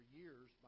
years